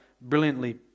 brilliantly